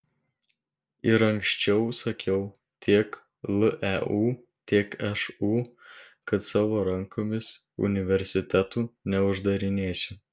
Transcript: ir anksčiau sakiau tiek leu tiek šu kad savo rankomis universitetų neuždarinėsiu